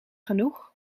genoeg